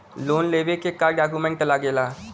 Loan लेवे के का डॉक्यूमेंट लागेला?